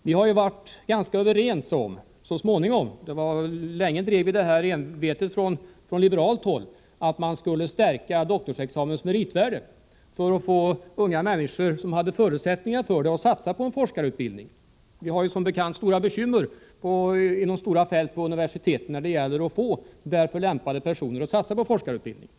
Vi har så småningom blivit i stort sett överens i den frågan. Vi liberaler drev länge och envetet kravet att doktorsexamens meritvärde skulle stärkas för att få unga människor, som hade förutsättningar för det, att satsa på en forskarutbildning. Det är som bekant stora bekymmer inom vida fält i universitetsvärlden att få därför lämpade personer att satsa på forskarutbildning.